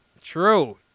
True